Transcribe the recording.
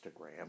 Instagram